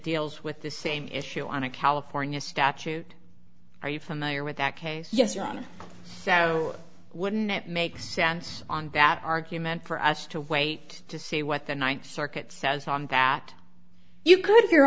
deals with the same issue on a california statute are you familiar with that case yes your honor so wouldn't it make sense on that argument for us to wait to see what the ninth circuit says on that you could